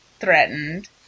threatened